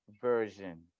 version